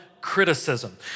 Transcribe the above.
criticism